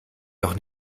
doch